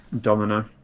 Domino